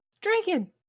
Dragon